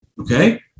Okay